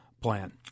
plan